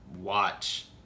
watch